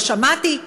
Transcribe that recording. לא שמעתי.